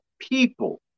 people